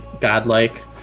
godlike